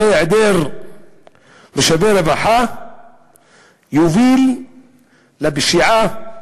הרי היעדר משאבי רווחה יוביל לפשיעה,